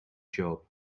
job